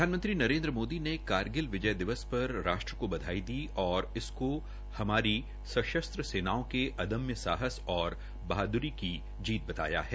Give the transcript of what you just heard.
प्रधानमंत्री नरेन्द्र मोदी ने कारगिल विजय दिवस पर राष्ट्र को बधाई दी े और इसको हमारी हथियारबंद सेनाओं के अदम्य साहस और बहादुरी की जीत बताया है